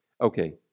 Okay